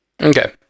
Okay